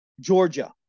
Georgia